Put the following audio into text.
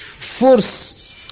Force